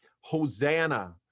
Hosanna